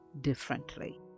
differently